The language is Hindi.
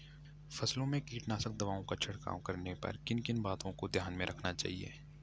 फसलों में कीटनाशक दवाओं का छिड़काव करने पर किन किन बातों को ध्यान में रखना चाहिए?